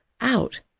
out